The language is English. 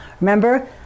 remember